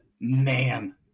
man